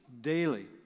daily